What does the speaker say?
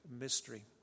mystery